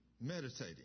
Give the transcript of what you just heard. meditating